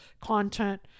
content